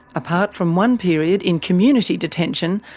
apart from one period in community detention,